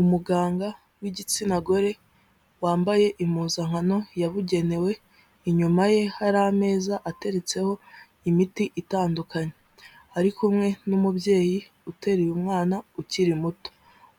Umuganga w'igitsina gore wambaye impuzankano yabugenewe, inyuma ye hari ameza ateretseho imiti itandukanye, ari kumwe n'umubyeyi uteruye umwana ukiri muto.